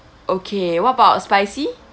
okay what about spicy